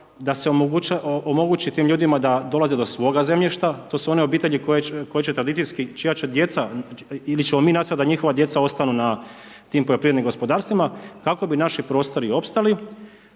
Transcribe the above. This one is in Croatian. da se omogući tim ljudima, da dolaze do svoga zemljišta, to su one obitelji, koja će tradicijski, čija će djeca ili ćemo mi nastojati da njihova djeca ostanu na tim poljoprivrednim gospodarstvima, kako bi naši prostori opstali